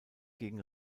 gegen